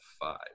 five